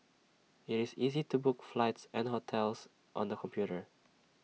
IT is easy to book flights and hotels on the computer